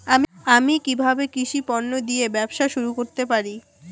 আমি কিভাবে কৃষি পণ্য দিয়ে ব্যবসা শুরু করতে পারি?